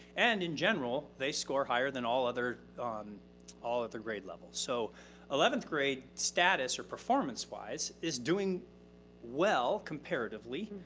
and in general, they score higher than all other, um all other grade levels. so eleventh grade status, or performance wise, is doing well comparatively,